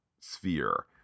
sphere